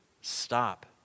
stop